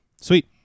Sweet